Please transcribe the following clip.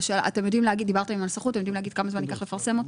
אתם יודעים להגיד כמה זמן ייקח לפרסם את